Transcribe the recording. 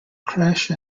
crash